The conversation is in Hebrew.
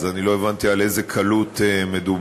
אז עוד לא הבנתי על איזו קלות מדובר.